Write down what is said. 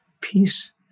peace